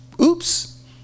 oops